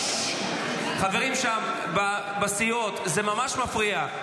חברים שם בסיעות, זה ממש מפריע.